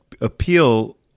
appeal